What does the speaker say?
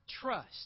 trust